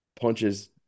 punches